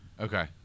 Okay